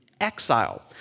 exile